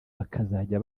bakazajya